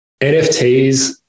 NFTs